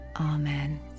Amen